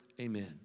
Amen